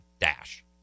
dash